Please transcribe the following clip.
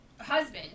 husband